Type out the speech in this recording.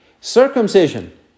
Circumcision